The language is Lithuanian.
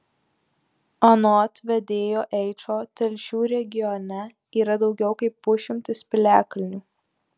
anot vedėjo eičo telšių regione yra daugiau kaip pusšimtis piliakalnių